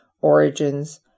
Origins